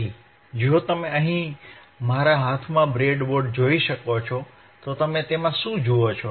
તેથી જો તમે હવે અહીં મારા હાથમાં બ્રેડબોર્ડ જોઈ શકો છો તો તમે તેમાં શું જોઈ શકો છો